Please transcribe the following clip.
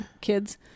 kids